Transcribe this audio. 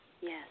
yes